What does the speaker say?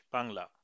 Bangla